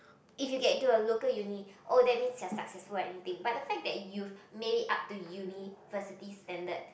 if you get into a local uni oh that means you are successful and anything but the fact that you made it up to university standard